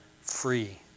free